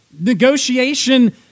negotiation